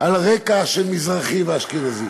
על רקע של מזרחי ואשכנזי.